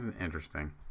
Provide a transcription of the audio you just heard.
interesting